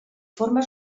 formes